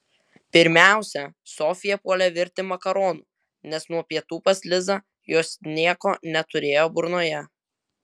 pirmiausia sofija puolė virti makaronų nes nuo pietų pas lizą jos nieko neturėjo burnoje